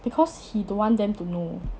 because he don't want them to know